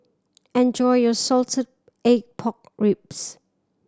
enjoy your salted egg pork ribs